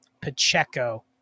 Pacheco